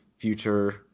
future